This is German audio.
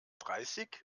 dreißig